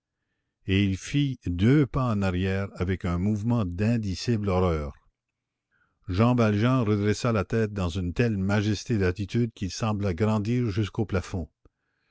et il fit deux pas en arrière avec un mouvement d'indicible horreur jean valjean redressa la tête dans une telle majesté d'attitude qu'il sembla grandir jusqu'au plafond